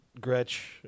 gretch